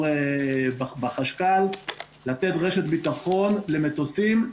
לתת רשת ביטחון למטוסים,